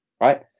right